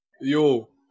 Yo